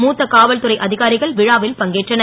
மூத்த காவல்துறை அ காரிகள் விழாவில் பங்கேற்றனர்